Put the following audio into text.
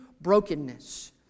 brokenness